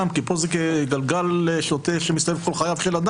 כי פה זה גלגל שוטף שמסתובב כל חיי האדם.